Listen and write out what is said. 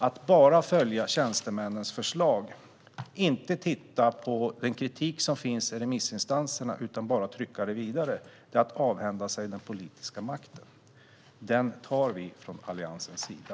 Att bara följa tjänstemännens förslag och inte titta den kritik som finns från remissinstanserna utan bara trycka det vidare är att avhända sig den politiska makten. Den tar vi från Alliansens sida.